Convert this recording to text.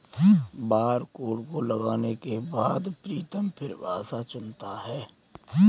barcode को लगाने के बाद प्रीतम फिर भाषा चुनता है